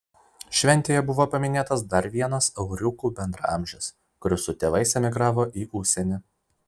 šventėje buvo paminėtas dar vienas euriukų bendraamžis kuris su tėvais emigravo į užsienį